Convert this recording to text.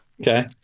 Okay